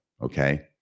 okay